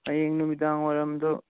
ꯍꯌꯦꯡ ꯅꯨꯃꯤꯗꯥꯡ ꯋꯥꯏꯔꯝꯗꯣ